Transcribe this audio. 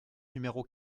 numéro